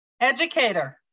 Educator